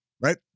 right